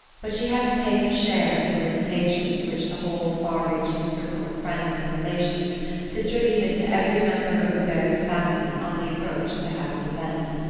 but she had to take her share of the felicitations which the whole far-reaching circle of friends and relations distributed to every member of hubert's family on the approach of the happy event.